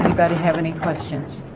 better have any questions